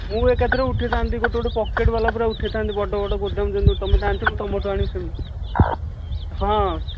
ମୁଁ ଏକା ଥରେ ଉଠାଇଥାନ୍ତି ଗୋଟିଏ ଗୋଟିଏ ପୋକେଟ୍ ୱାଲା ଉଠାଇଥାନ୍ତି ବଡ଼ ବଡ଼ ଗୋଡ଼ାଉନ ତୁମେ ତ ଆଣୁଥିବ ତୁମଠୁ ଆଣିବି ହଁ